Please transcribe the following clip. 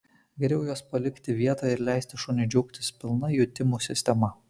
geriau juos palikti vietoje ir leisti šuniui džiaugtis pilna jutimų sistema